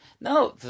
no